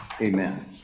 Amen